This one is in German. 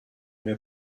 mir